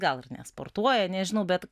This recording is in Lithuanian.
gal ir nesportuoja nežinau bet